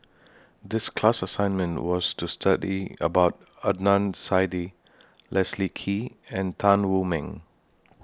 The class assignment was to study about Adnan Saidi Leslie Kee and Tan Wu Meng